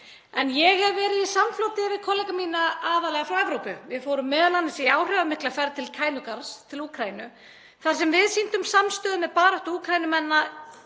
En ég hef verið í samfloti við kollega mína aðallega frá Evrópu. Við fórum m.a. í áhrifamikla ferð til Kænugarðs í Úkraínu þar sem við sýndum samstöðu með baráttu Úkraínumanna